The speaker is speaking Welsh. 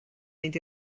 mynd